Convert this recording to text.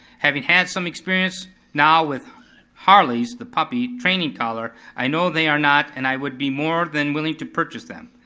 having had some experience now with harley's, the puppy, training collar, i know they are not and i would be more than willing to purchase them.